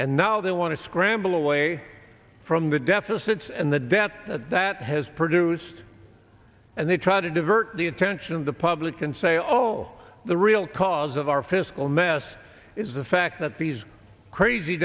and now they want to scramble away from the deficits and the debt that has produced and they try to divert the attention of the public and say oh the real cause of our fiscal mess is the fact that these crazy